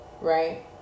right